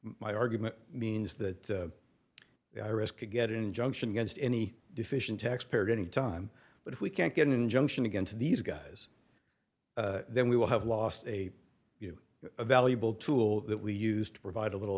my argument means that iris could get an injunction against any deficient taxpayer any time but if we can't get an injunction against these guys then we will have lost a valuable tool that we used to provide a little